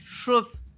truth